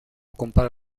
compara